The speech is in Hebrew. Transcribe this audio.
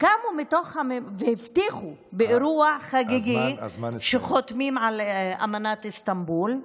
והבטיחו באירוע חגיגי שחותמים על אמנת איסטנבול.